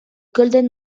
golden